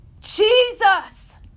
Jesus